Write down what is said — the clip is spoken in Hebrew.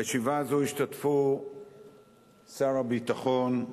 בישיבה הזאת השתתפו שר הביטחון,